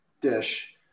dish